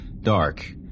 dark